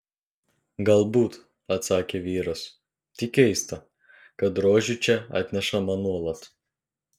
galbūt atsakė vyras tik keista kad rožių čia atnešama nuolat